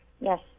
Yes